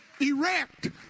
erect